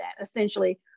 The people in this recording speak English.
essentially